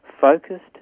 focused